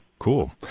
cool